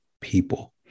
people